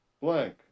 Blank